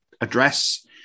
address